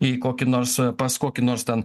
į kokį nors pas kokį nors ten